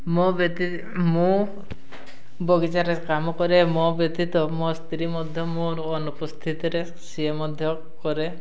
ମୋ ମୁଁ ବଗିଚାରେ କାମ କରେ ମୋ ବ୍ୟତୀତ ମୋ ସ୍ତ୍ରୀ ମଧ୍ୟ ମୋର ଅନୁପସ୍ଥିତିରେ ସିଏ ମଧ୍ୟ କରେ